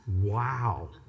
Wow